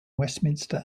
westminster